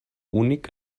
únic